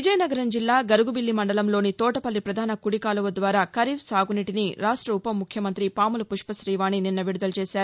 విజయనగరం జిల్లా గరుగుబిల్లి మండలంలోని తోటపల్లి పధాన కుడికాలువ ద్వారా ఖరీఫ్ సాగునీటిని రాష్ట ఉపముఖ్యమంతి పాముల పుష్పశీవాణి నిన్న విడుదల చేశారు